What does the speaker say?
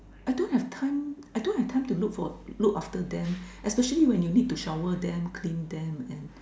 I don't have time I don't have time to look for look after them especially when you need to shower them clean them and